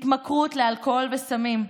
התמכרות לאלכוהול וסמים,